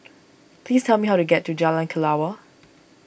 please tell me how to get to Jalan Kelawar